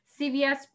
CVS